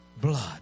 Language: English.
Blood